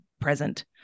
present